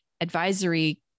advisory